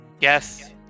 Yes